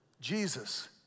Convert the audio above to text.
Jesus